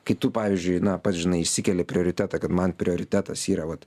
kai tu pavyzdžiui na pats žinai išsikeli prioritetą kad man prioritetas yra vat